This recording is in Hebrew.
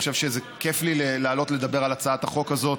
כיף לי לעלות לדבר על הצעת החוק הזאת.